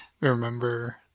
Remember